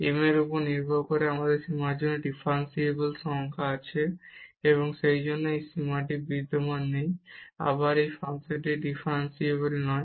m এর উপর নির্ভর করে আমাদের সীমার জন্য একটি ডিফারেনসিবল সংখ্যা আছে এবং সেইজন্য এই সীমাটি বিদ্যমান নেই এবং আবার এই ফাংশনটি ডিফারেনসিবল নয়